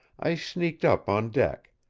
i sneaked up on deck,